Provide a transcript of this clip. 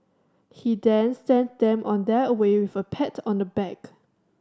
he then sent them on their way with a pat on the back